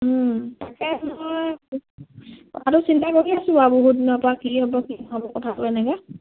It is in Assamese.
তাকে মই কথাটো চিন্তা কৰি আছোঁ বাৰু বহুত দিনৰ পৰা কি হ'ব কি নহ'ব কথাটো এনেকে